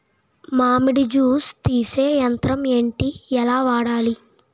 మామిడి జూస్ తీసే యంత్రం ఏంటి? ఎలా వాడాలి?